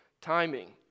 timing